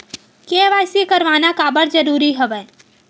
KYC करवाना काबर जरूरी हवय?